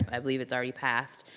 i believe it's already passed.